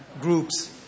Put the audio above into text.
groups